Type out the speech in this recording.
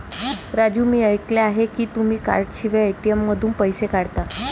राजू मी ऐकले आहे की तुम्ही कार्डशिवाय ए.टी.एम मधून पैसे काढता